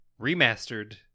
remastered